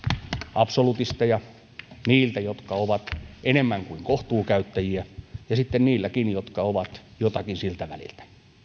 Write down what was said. absolutisteja niillä jotka ovat enemmän kuin kohtuukäyttäjiä ja sitten niilläkin jotka ovat jotakin siltä väliltä